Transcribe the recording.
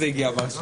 הצבעה אושר